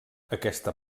aquesta